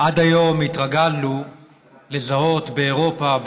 עד היום התרגלנו לזהות באירופה,